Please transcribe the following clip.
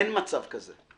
אין מצב כזה.